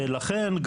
ולכן,